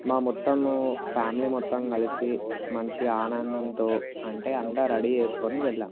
మా మొత్తము ఫ్యామిలీ మొత్తం కలిసి మంచిగా ఆనందంతో అంటే అంతా రెడీ చేసుకుని వెళ్ళాము